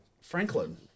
Franklin